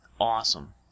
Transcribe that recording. awesome